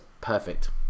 perfect